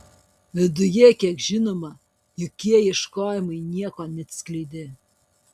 viduje kiek žinoma jokie ieškojimai nieko neatskleidė